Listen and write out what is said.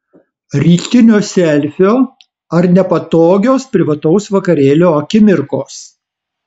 rytinio selfio ar nepatogios privataus vakarėlio akimirkos